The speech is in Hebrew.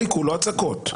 או עיקול או הצקות.